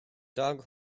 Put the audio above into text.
dog